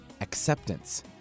acceptance